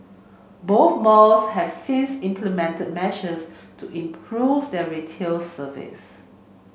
both malls have since implemented measures to improve their retail service